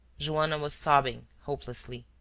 joanna was sobbing hopelessly.